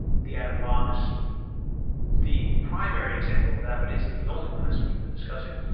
the atom bomb is the primary example of that, but isn't the only one, as we've been discussing.